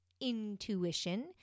intuition